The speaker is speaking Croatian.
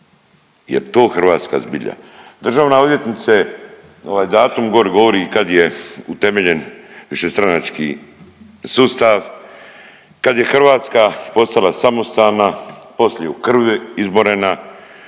Jel' to hrvatska zbilja? Državna odvjetnice ovaj datum gori govori kad je utemeljen višestranački sustav, kad je Hrvatska postala samostalna, poslije u krvi izborena